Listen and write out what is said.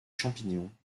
champignons